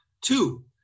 Two